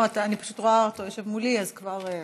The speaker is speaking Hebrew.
אני פשוט רואה אותו יושב מולי, אז כבר,